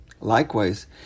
Likewise